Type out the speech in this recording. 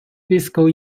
fiscal